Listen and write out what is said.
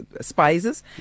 spices